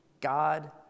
God